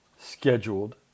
scheduled